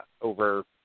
over